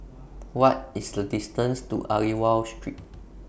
What IS The distance to Aliwal Street